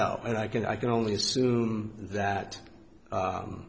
know i can i can only assume that